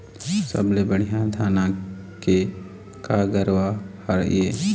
सबले बढ़िया धाना के का गरवा हर ये?